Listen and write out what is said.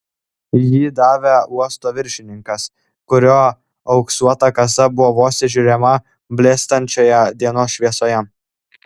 jį davė uosto viršininkas kurio auksuota kasa buvo vos įžiūrima blėstančioje dienos šviesoje